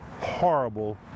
horrible